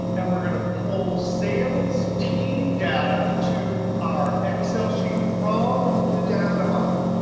and we're going to pull sales team data to our excel sheet from the data model.